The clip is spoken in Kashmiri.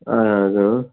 اَہَن حظ